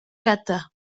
kata